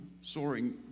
soaring